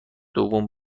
دوم